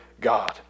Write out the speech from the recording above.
God